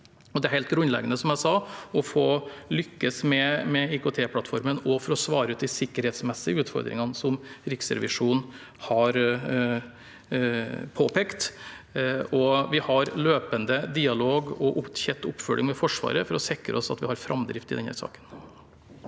jeg sa, helt grunnleggende å lykkes med IKT-plattformen også for å svare ut de sikkerhetsmessige utfordringene som Riksrevisjonen har påpekt. Vi har løpende dialog og tett oppfølging med Forsvaret for å sikre oss at vi har framdrift i denne saken.